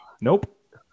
Nope